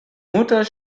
mutter